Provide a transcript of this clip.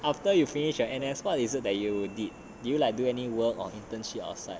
after you finish your N_S what is it that you would did did you like do any work or internship outside